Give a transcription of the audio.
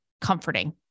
Comforting